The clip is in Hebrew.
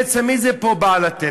בעצם מי זה פה בעל התל?